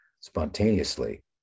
spontaneously